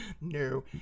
No